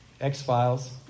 X-Files